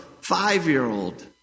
five-year-old